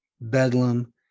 Bedlam